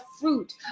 fruit